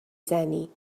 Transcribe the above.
زنی